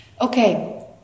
Okay